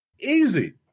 easy